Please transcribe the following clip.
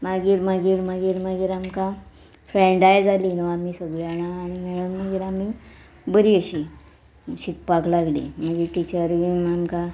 मागीर मागीर मागीर मागीर आमकां फ्रेंडाय जाली न्हू आमी सगळीं जाणां आनी मेळोन मागीर आमी बरीं अशीं शिकपाक लागलीं मागीर टिचर बीन आमकां